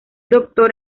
doctor